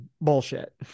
bullshit